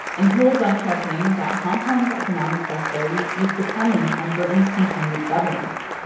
and told deng xiaoping that hong kong's economic prosperity was dependent on britain's continued governance.